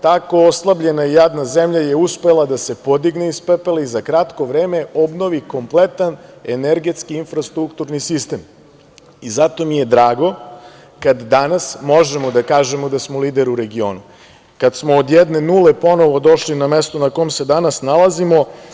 Tako oslabljena i jadna zemlja je uspela da se podigne iz pepela i za kratko vreme obnovi kompletan energetski i infrastrukturni sistem i zato mi je drago kada danas možemo da kažemo da smo lider u regionu, kad smo od jedne nule ponovo došli na mesto na kom se danas nalazimo.